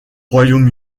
royaume